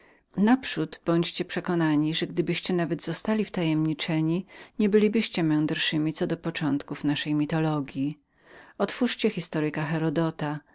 naprzód bądźcie przekonani że gdybyście nawet do nich należeli nie bylibyście mędrszymi co do początków naszej mitologji otwórzcie historyka